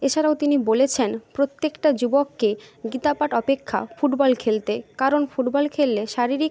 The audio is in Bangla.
এছাড়াও তিনি বলেছেন প্রত্যেকটা যুবককে গীতা পাঠ অপেক্ষা ফুটবল খেলতে কারণ ফুটবল খেললে শারীরিক